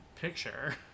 picture